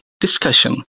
discussion